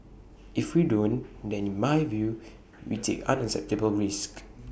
if we don't then in my view we take unacceptable risks